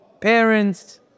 parents